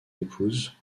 épouse